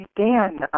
Dan